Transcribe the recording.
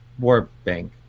Warbank